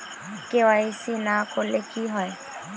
KYC না করলে কি হয়?